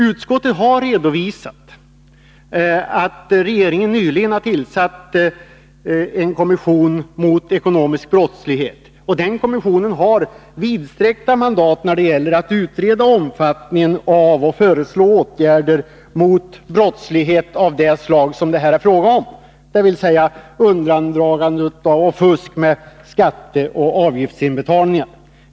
Utskottet har redovisat att regeringen nyligen har tillsatt en kommission mot ekonomisk brottslighet, som har vidsträckt mandat när det gäller att utreda omfattningen av och föreslå åtgärder mot brottslighet av det slag det här är fråga om, undandragande av och fusk med skatteoch avgiftsinbetalningar.